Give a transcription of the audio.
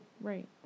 Right